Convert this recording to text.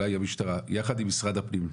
אולי המשטרה יחד עם משרד הפנים,